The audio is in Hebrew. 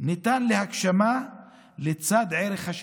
ניתן להגשמה לצד ערך השוויון,